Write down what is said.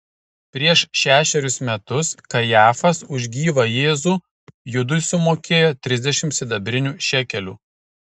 prieš šešerius metus kajafas už gyvą jėzų judui sumokėjo trisdešimt sidabrinių šekelių